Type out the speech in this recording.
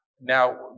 Now